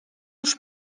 już